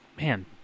man